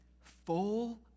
full